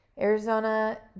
Arizona